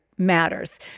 Matters